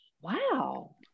Wow